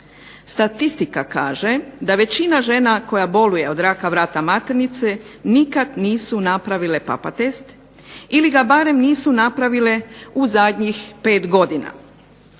Statistika kaže da većina žena koja boluje od raka vrata maternice nikad nisu napravile papa test, ili ga barem nisu napravile u zadnjih 5 godina.